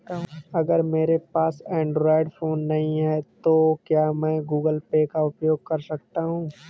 अगर मेरे पास एंड्रॉइड फोन नहीं है तो क्या मैं गूगल पे का उपयोग कर सकता हूं?